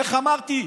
איך אמרתי,